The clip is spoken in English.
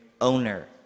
owner